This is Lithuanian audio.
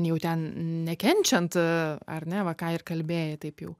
jau ten nekenčiant ar ne va ką ir kalbėjai taip jau